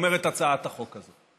אומרת הצעת החוק הזאת.